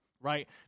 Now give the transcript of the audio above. Right